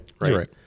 right